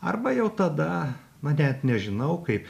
arba jau tada na net nežinau kaip